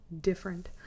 different